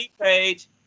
page